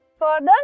Further